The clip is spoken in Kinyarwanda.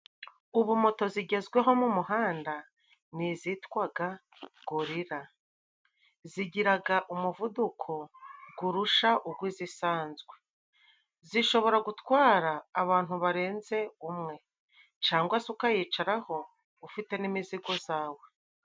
Ubu moto zigezweho mu muhanda ni izitwaga gorila, zigiraga umuvuduko kurusha uw'izisanzwe. Zishobora gutwara abantu barenze umwe, cangwa se ukayicaraho ufite n'imizigo zawe.